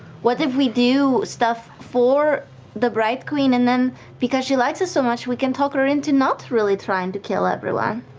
what if we do stuff for the bright queen and then because she likes us so much, we can talk her into not really trying to kill everyone?